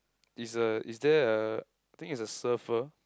is a is there a I think it's a surfer